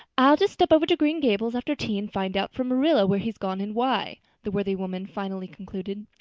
i'll just step over to green gables after tea and find out from marilla where he's gone and why, the worthy woman finally concluded.